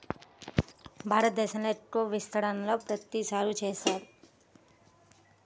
భారతదేశంలో ఎక్కువ విస్తీర్ణంలో పత్తి సాగు చేస్తారు